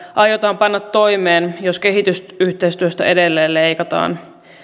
aiotaan panna toimeen jos kehitysyhteistyöstä edelleen leikataan